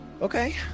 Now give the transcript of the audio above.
Okay